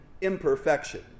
imperfection